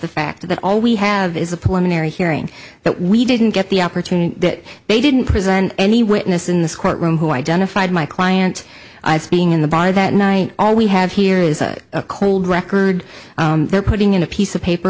the fact that all we have is a planetary hearing that we didn't get the opportunity that they didn't present any witness in this courtroom who identified my client being in the by that night all we have here is a cold record they're putting in a piece of paper